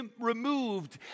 removed